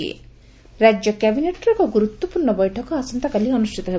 ରାଜ୍ୟ କ୍ୟାବିନେଟ୍ ବୈଠକ ରାଜ୍ୟ କ୍ୟାବିନେଟ୍ର ଏକ ଗୁରୁତ୍ୱପୂର୍ଣ୍ଣ ବୈଠକ ଆସନ୍ତାକାଲି ଅନୁଷିତ ହେବ